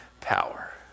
power